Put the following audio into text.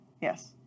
Yes